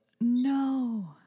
No